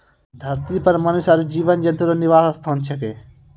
धरतीये पर मनुष्य आरु जीव जन्तु रो निवास स्थान छिकै